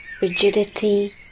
rigidity